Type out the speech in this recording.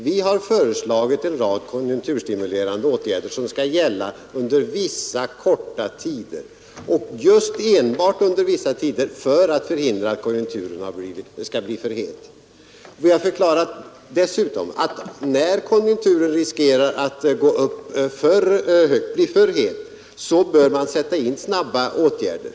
Vi har föreslagit en rad konjunkturstimulerande åtgärder som skall gälla under vissa korta tider — och just enbart under vissa tider — för att förhindra att konjunkturen blir för het. Vi har dessutom förklarat att när konjunkturen riskerar att bli alltför het, bör man sätta in snabba åt rder.